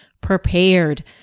prepared